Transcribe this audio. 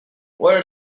what